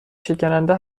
شکننده